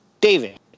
David